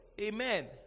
Amen